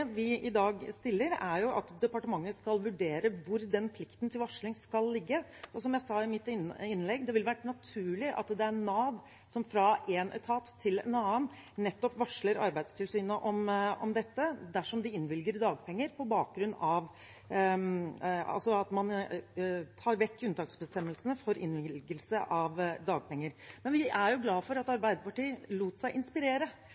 vi i dag stiller, er at departementet skal vurdere hvor den plikten til varsling skal ligge. Som jeg sa i mitt innlegg, vil det være naturlig at det er Nav som fra én etat til en annen varsler Arbeidstilsynet om dette, dersom de innvilger dagpenger på bakgrunn av at man tar vekk unntaksbestemmelsene for innvilgelse av dagpenger. Vi er glad for at Arbeiderpartiet lot seg inspirere